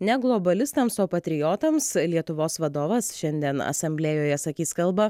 ne globalistams o patriotams lietuvos vadovas šiandien asamblėjoje sakys kalbą